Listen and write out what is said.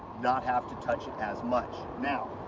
not have to touch it as much. now,